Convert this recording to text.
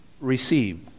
receive